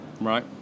Right